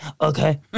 okay